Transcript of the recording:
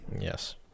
Yes